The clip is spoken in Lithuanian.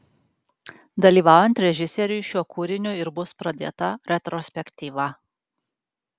dalyvaujant režisieriui šiuo kūriniu ir bus pradėta retrospektyva